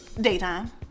Daytime